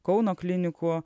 kauno klinikų